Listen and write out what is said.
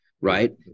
Right